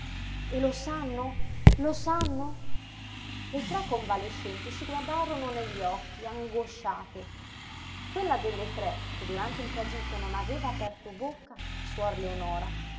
e lo sanno lo sanno le tre convalescenti si guardarono negli occhi angosciate quella delle tre che durante il tragitto non aveva aperto bocca suor leonora